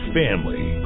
family